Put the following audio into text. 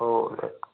okay